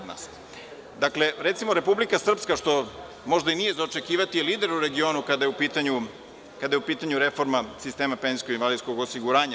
Dakle, recimo Republika Srpska, što možda i nije za očekivati je lider u regionu kada je u pitanju reforma sistema penzijsko-invalidskog osiguranja.